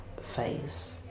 phase